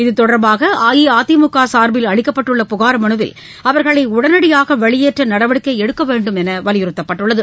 இதுதொடர்பாக அஇஅதிமுக சார்பில் அளிக்கப்பட்டுள்ள புகார் மனுவில் அவர்களை உடனடியாக வெளியேற்ற நடவடிக்கை எடுக்க வேண்டும் என்று வலியுறுத்தப்பட்டுள்ளது